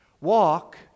Walk